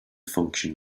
function